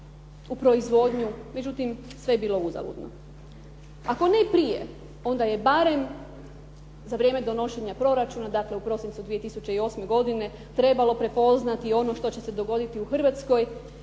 u proizvodnju, međutim sve je bilo uzaludno. Ako ne i prije, onda je barem za vrijeme donošenja proračuna, dakle, u prosincu 2008. godine trebalo prepoznati i ono što će se dogoditi u Hrvatskoj